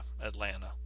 Atlanta